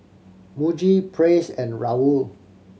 Muji Praise and Raoul